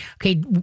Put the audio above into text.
Okay